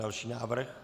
Další návrh.